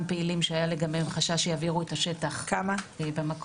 פעילים שהיה חשש שיבעירו את השטח במקום.